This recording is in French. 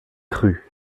cru